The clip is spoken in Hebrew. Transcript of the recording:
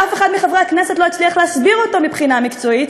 שאף אחד מחברי הכנסת לא הצליח להסביר אותו מבחינה מקצועית,